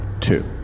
two